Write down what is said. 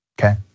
Okay